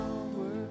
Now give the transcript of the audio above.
Power